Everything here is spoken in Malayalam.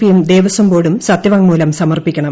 പിയും ദേവസ്വം ബോർഡൂം സ്ത്യവാങ്മൂലം സമർപ്പിക്കണം